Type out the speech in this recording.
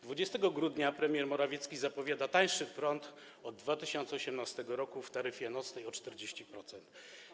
20 grudnia premier Morawiecki zapowiada tańszy prąd od 2018 r. w taryfie nocnej o 40%.